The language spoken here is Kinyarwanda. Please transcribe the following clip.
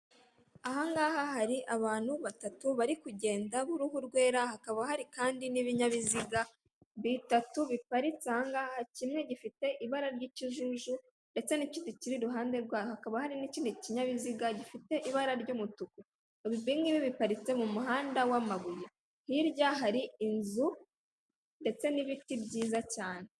Ahangaha hari abantu batatu bari kugenda b'uruhu rwera hakaba hari kandi n'ibinyabiziga bitatu bipari ahangaha kimwe gifite ibara ry'ikijuju ndetse n'igiti kiri iruhande rwaho hakaba hari n'ikindi kinyabiziga gifite ibara ry'umutuku ibingibi biparitse mu muhanda w'amabuye hirya hari inzu ndetse n'ibiti byiza cyane.